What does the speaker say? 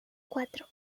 cuatro